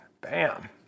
Bam